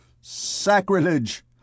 Sacrilege